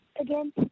again